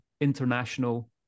international